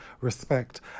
respect